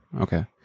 Okay